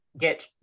get